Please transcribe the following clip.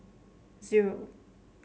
zero